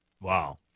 Wow